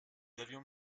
avions